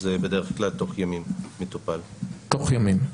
זה בדרך כלל מטופל בתוך ימים.